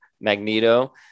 Magneto